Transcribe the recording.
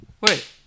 wait